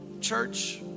Church